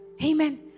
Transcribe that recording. Amen